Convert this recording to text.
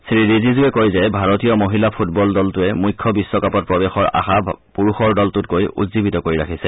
শ্ৰীৰিজিজুৱে কয় যে ভাৰতীয় মহিলা ফুটবল দলটোৱে মুখ্য বিশ্বকাপত প্ৰৱেশৰ আশা পুৰুষৰ দলটোতকৈ উজ্জীৱিত কৰি ৰাখিছে